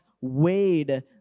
weighed